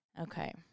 Okay